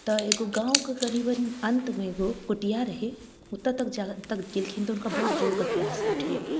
तऽ एगो गाँवके करीबन अन्तमे एगो कुटिया रहै ओतऽ तक जाबत तक गेलखिन तऽ हुनका बड़ जोरके पियास उठि गेल